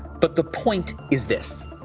but the point is this.